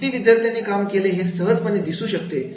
किती विद्यार्थ्यांनी काम केले हे सहजपणे दिसू शकते